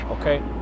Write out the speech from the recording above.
okay